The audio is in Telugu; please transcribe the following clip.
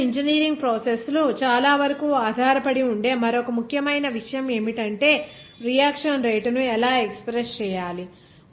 కెమికల్ ఇంజనీరింగ్ ప్రాసెస్ లు చాలావరకు ఆధారపడి ఉండే మరో ముఖ్యమైన విషయం ఏమిటంటే రియాక్షన్ రేటును ఎలా ఎక్స్ప్రెస్ చేయాలి